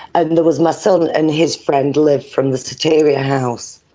and there was my son and his friend liv from the soteria house.